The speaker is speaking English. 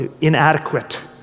inadequate